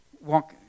walk